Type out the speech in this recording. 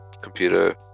computer